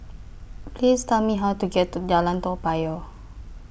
Please Tell Me How to get to Jalan Toa Payoh